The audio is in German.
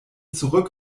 zurück